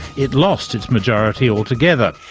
it lost its majority altogether.